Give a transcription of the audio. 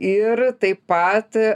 ir taip pat